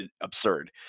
absurd